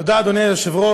תודה, אדוני היושב-ראש,